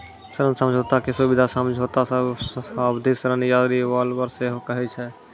ऋण समझौता के सुबिधा समझौता, सावधि ऋण या रिवॉल्बर सेहो कहै छै